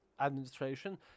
Administration